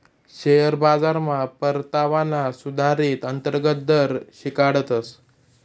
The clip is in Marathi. शेअर बाजारमा परतावाना सुधारीत अंतर्गत दर शिकाडतस